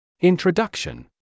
Introduction